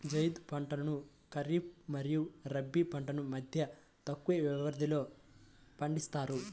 జైద్ పంటలను ఖరీఫ్ మరియు రబీ పంటల మధ్య తక్కువ వ్యవధిలో పండిస్తారు